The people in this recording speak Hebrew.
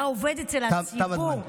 אתה עובד אצל הציבור.